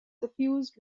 suffused